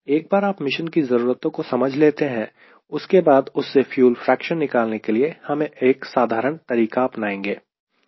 एक बार आप मिशन की ज़रूरतों को समझ लेते हैं उसके बाद उससे फ्यूल फ्रेक्शन निकालने के लिए हम एक साधारण तरीका अपनाएंगे